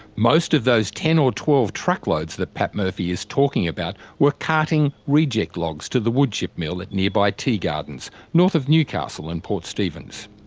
most of those ten or twelve truckloads that pat murphy is talking about were carting reject logs to the woodchip mill at nearby tea gardens, north of newcastle and port stephens.